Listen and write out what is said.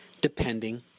depending